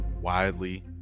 widely